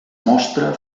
mostra